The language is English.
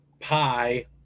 pie